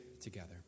together